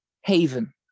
haven